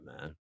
man